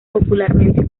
popularmente